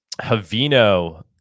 Havino